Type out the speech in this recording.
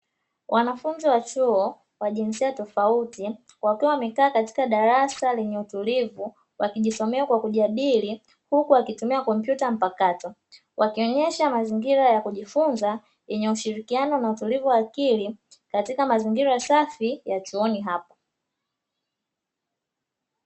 Wanafunzi wa chuo wa jinsia tofauti wakiwa wamekaa katika darasa lenye utulivu, wakijisomea kwa kujadili huku akitumia kompyuta mpakato. Wakionyesha mazingira ya kujifunza yenye ushirikiano na utulivu wa akili katika mazingira safi ya chuoni hapa.